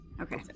Okay